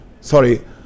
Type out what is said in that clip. Sorry